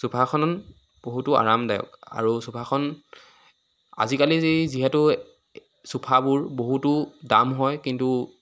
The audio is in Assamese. চোফাখন বহুতো আৰামদায়ক আৰু চোফাখন আজিকালি যিহেতু চোফাবোৰ বহুতো দাম হয় কিন্তু